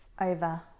over